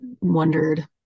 wondered